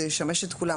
זה ישמש את כולם.